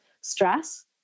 stress